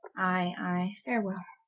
i, i, farewell,